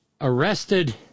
arrested